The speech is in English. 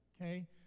okay